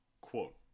Quote